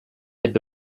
ebbe